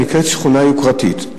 שנקראת שכונה יוקרתית,